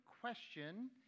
question